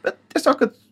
bet tiesiog kad